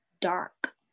dark